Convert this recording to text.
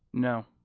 no.